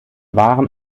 waren